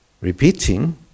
repeating